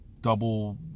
double